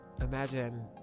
imagine